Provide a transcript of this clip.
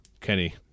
Kenny